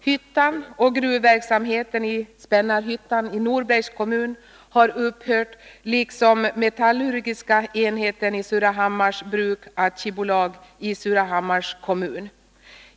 Hyttan och gruvverksamheten i Spännarhyttan i Norbergs kommun har upphört, liksom de metallurgiska enheterna i Surahammars Bruks AB i Surahammars kommun.